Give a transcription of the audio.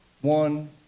one